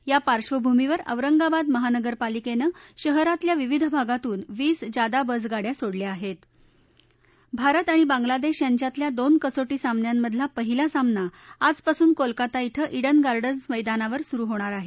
या पार्श्वभूमीवर औराखित्व महत्तारपासिक्वा शहरतिल्या विविध भगतिने वीस जद्व बेसगाड्या सोडल्या हप् भारत आणि बांगलादेश यांच्यातल्या दोन कसोटी सामन्यांमधला पहिला सामना आजपासून कोलकाता इथं इडन गार्डन्स मैदानावर सुरु होणार आहे